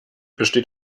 besteht